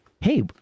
hey